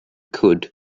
cwd